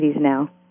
now